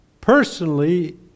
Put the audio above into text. personally